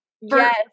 Yes